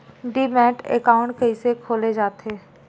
Demat account कइसे खोले जाथे?